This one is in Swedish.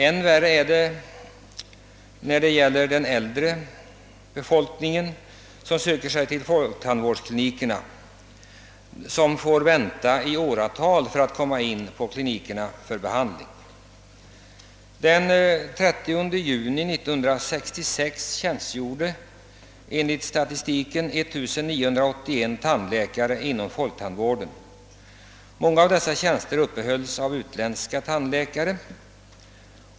än värre är det för den äldre befolkning som söker sig till folktandvårdsklinikerna och får vänta i åratal på att komma in för behandling. Den 30 juni 1966 tjänstgjorde enligt statistiken 1981 tandläkare inom folktandvården. Många av dessa tjänster uppehölls av utländska tandläkare.